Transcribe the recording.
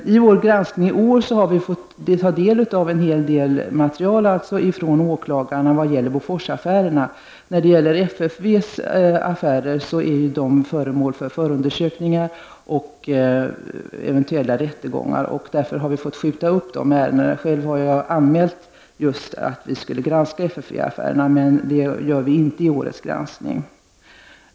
I vår granskning i år har vi alltså tagit del av en hel del material från åklagarna vad gäller Boforsaffärer. FFV-affärerna är föremål för förundersökning och eventuell rättegång. Därför har vi skjutit upp behandlingen av dessa ärenden. Jag har själv anmält att vi skall granska FFV-affärerna, men vi behandlar inte dessa i årets granskning.